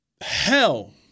hell